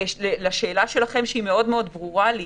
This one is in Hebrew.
לגבי שאלתכם שהיא מאוד ברורה לי